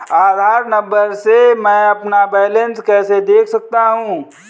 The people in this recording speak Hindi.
आधार नंबर से मैं अपना बैलेंस कैसे देख सकता हूँ?